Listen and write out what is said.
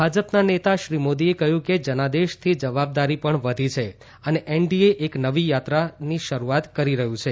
ભાજપના નેતા શ્રી મોદીએ કહ્યું જનાદેશથી જવાબદારીપણ વધી છે અને એનડીએ એક નવી યાત્રાની શરૂઆત કરી રહયું છે